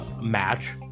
match